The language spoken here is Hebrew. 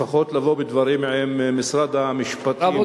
לפחות לבוא בדברים עם משרד המשפטים.